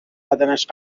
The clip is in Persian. بدنش